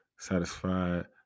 Satisfied